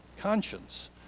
conscience